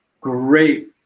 great